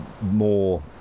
more